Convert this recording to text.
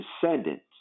descendants